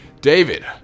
David